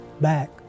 back